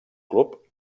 club